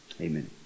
Amen